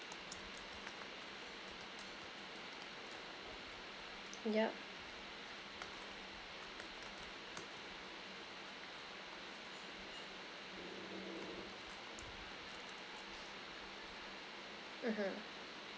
yup mmhmm